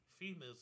Females